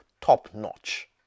top-notch